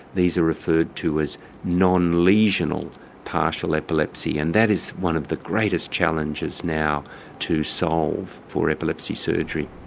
these are referred to as non-lesional partial epilepsy and that is one of the greatest challenges now to solve for epilepsy surgery.